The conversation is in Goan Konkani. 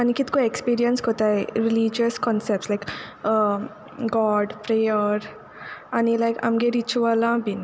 आनी किदें को एक्सपिरियन्स कोतताय religious concept like god prayer आनी लायक आमगे रिच्युअला बीन